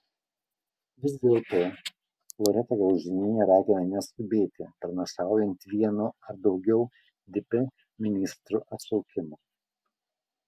vis dėlto loreta graužinienė ragina neskubėti pranašaujant vieno ar daugiau dp ministrų atšaukimą